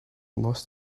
lost